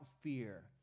fear